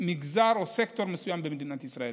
מגזר או סקטור מסוים במדינת ישראל.